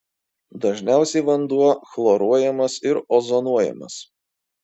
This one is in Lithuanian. dažniausiai vanduo chloruojamas ir ozonuojamas